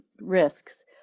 risks